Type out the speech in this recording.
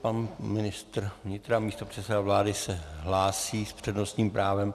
Pan ministr vnitra, místopředseda vlády se hlásí s přednostním právem.